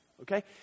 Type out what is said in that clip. Okay